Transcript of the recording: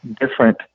different